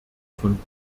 von